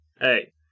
Hey